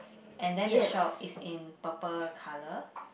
and then the shop is in purple color